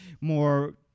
more